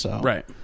Right